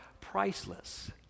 priceless